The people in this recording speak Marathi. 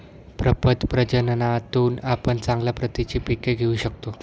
प्रपद प्रजननातून आपण चांगल्या प्रतीची पिके घेऊ शकतो